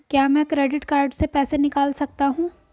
क्या मैं credit card से पैसे निकाल सकता हूँ?